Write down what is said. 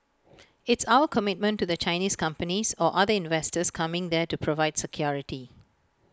it's our commitment to the Chinese companies or other investors coming there to provide security